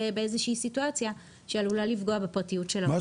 בסיטואציה שעלולה לפגוע בפרטיות של מטופלים.